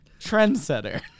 trendsetter